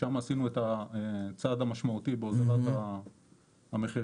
משם עשינו את הצעד המשמעותי בהוזלת המחירים.